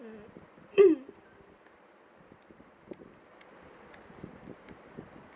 mm